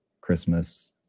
Christmas